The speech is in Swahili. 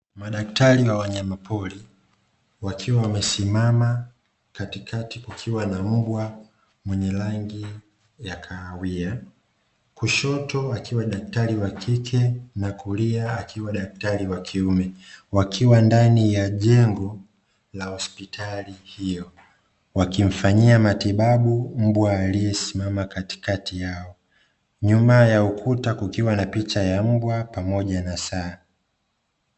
Madaktari wa wanyamapori, wakiwa wamesimama, katikati kukiwa na mbwa mwenye rangi ya kahawia, kushoto akiwa daktari wa kike na kulia akiwa daktari wa kiume, wakiwa ndani ya jengo la hospitali hiyo. Wakimfanyia matibabu mbwa aliyesimama katikati yao, nyuma ya ukuta kukiwa na picha ya mbwa pamoja na saa.